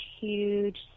huge